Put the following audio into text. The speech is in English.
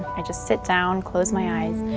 i just sit down, close my eyes,